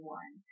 one